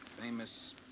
famous